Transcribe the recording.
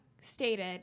stated